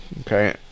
Okay